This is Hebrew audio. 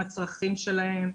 עם הצרכים שלהם,